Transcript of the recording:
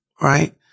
right